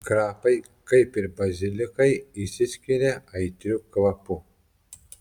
krapai kaip ir bazilikai išsiskiria aitriu kvapu